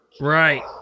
right